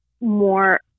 more